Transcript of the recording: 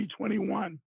2021